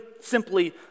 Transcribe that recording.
simply